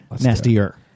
Nastier